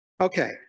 Okay